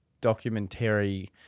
documentary